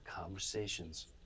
conversations